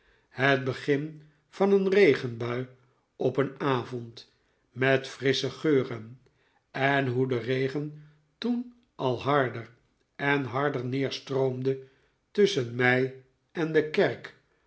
het begin van een regenbui op een avond met frissche geuren en hoe de regen toen al harder en harder neerstroomde tusschen mij en de kerk